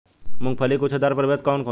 मूँगफली के गुछेदार प्रभेद कौन होला?